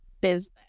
business